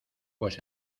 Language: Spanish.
pues